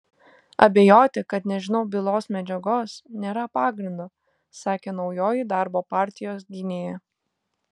abejoti kad nežinau bylos medžiagos nėra pagrindo sakė naujoji darbo partijos gynėja